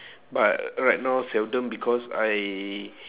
but right now seldom because I